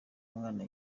umwana